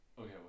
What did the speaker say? okay